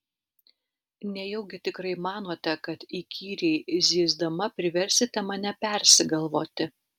nejaugi tikrai manote kad įkyriai zyzdama priversite mane persigalvoti